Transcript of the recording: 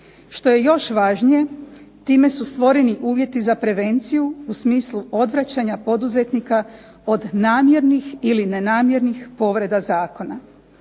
Što je još važnije time su stvoreni uvjeti za prevenciju u smislu odvraćanja poduzetnika od namjernih ili nenamjernih povreda zakona.